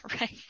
right